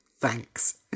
Thanks